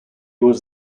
was